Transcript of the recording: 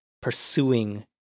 pursuing